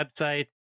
website